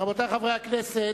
רבותי חברי הכנסת,